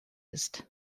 ist